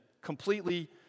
completely